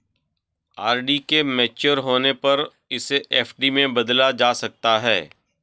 RD के mature होने पर इसे एफ.डी में बदला जा सकता है